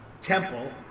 temple